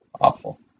Awful